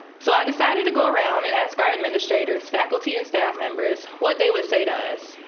so i decided to go around and ask our administrators, faculty and staff members what they would say to us.